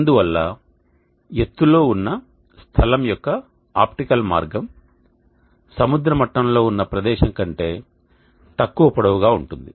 అందువల్ల ఎత్తులో ఉన్న స్థలం యొక్క ఆప్టికల్ మార్గం సముద్ర మట్టంలో ఉన్న ప్రదేశం కంటే తక్కువ పొడవుగాగా ఉంటుంది